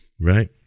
right